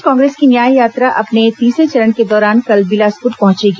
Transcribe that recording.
प्रदेश कांग्रेस की न्याय यात्रा अपने तीसरे चरण के दौरान कल बिलासपुर पहुंचेगी